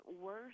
worse